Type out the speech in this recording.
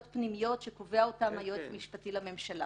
פנימיות שקובע היועץ המשפטי לממשלה.